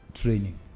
training